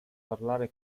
parlare